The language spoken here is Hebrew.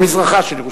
במזרחה של ירושלים.